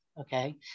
okay